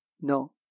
No